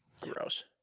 gross